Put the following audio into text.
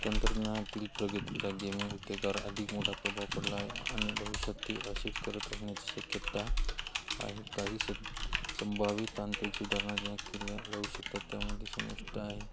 तंत्रज्ञातील प्रगतीचा गेमिंग उद्योगावर अधिक मोठा प्रभाव पडला आहे आणि भविष्यात ते अशीच करत राहण्याची शक्यता आहे काही स संभावित तांत्रिक सुधारणा ज्या केल्या जाऊ शकतात त्यामध्ये समाविष्ट आहे